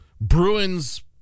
Bruins